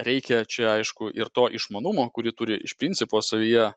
reikia čia aišku ir to išmanumo kurį turi iš principo savyje